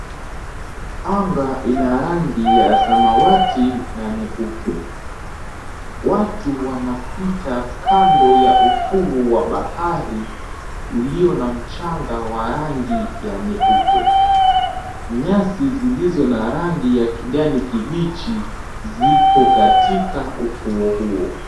Anga ina rangi ya samawati na nyeupe, watu wanapita kando ya ufuo wa bahari ulio na mchanga wa rangi ya nyeupe, nyasi zilizo na rangi ya kijani kibichi zipo katika ufuo huo.